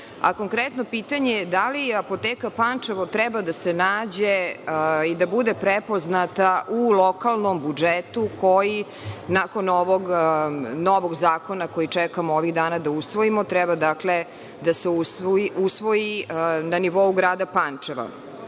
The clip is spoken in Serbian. apoteci. Konkretno pitanje je – da li Apoteka Pančevo treba da se nađe i da bude prepoznata u lokalnom budžetu, koji nakon ovog novog zakona koji čekamo ovih dana da usvojimo, treba da se usvoji na nivou grada Pančeva? Naime,